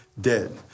dead